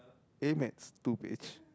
a-maths two page